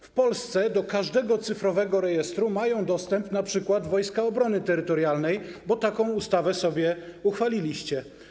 W Polsce do każdego cyfrowego rejestru mają dostęp np. Wojska Obrony Terytorialnej, bo taką ustawę sobie uchwaliliście.